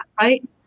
Right